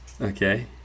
okay